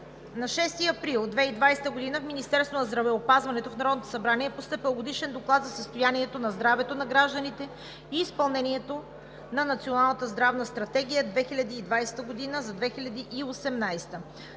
На 6 април 2020 г. от Министерството на здравеопазването в Народното събрание е постъпил Годишен доклад за състоянието на здравето на гражданите и изпълнението на Националната здравна стратегия за 2020 г.